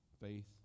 Faith